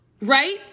Right